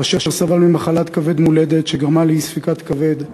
אשר סבל ממחלת כבד מולדת שגרמה לאי-ספיקת כבד.